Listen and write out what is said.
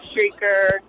streaker